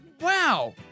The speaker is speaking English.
Wow